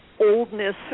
oldness